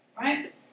Right